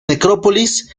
necrópolis